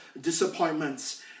disappointments